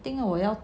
着我要